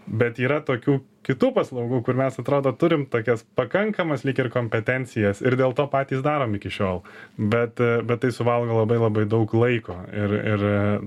bet yra tokių kitų paslaugų kur mes atrodo turim tokias pakankamas lyg ir kompetencijas ir dėl to patys darom iki šiol bet bet tai suvalgo labai labai daug laiko ir ir